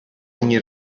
ogni